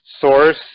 source